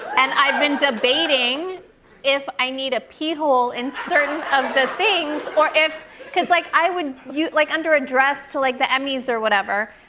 and i've been debating if i need a pee hole in certain of the things or if cause, like, i would like, under a dress to, like, the emmys or whatever,